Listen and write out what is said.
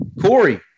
Corey